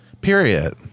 Period